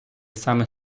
саме